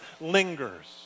lingers